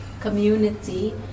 community